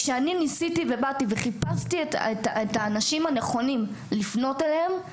כשאני ניסיתי וחיפשתי את האנשים הנכונים לפנות אליהם,